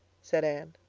said anne.